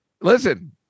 listen